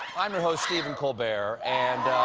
i'm your host, stephen colbert. and